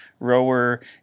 rower